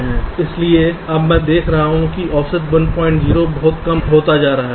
इसलिए अब मैं देख रहा हूं कि औसत 10 बहुत कम होता जा रहा है